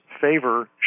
favor